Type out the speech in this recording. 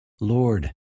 Lord